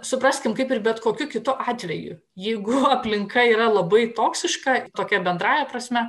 supraskim kaip ir bet kokiu kitu atveju jeigu aplinka yra labai toksiška tokia bendrąja prasme